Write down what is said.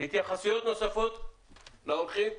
התייחסויות נוספות של האורחים.